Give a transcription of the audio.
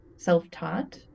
self-taught